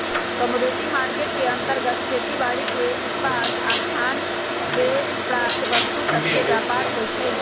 commodity market के अंतर्गत खेती बाड़ीके उत्पाद आऽ खान से प्राप्त वस्तु सभके व्यापार होइ छइ